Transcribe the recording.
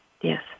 Yes